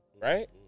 right